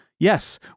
Yes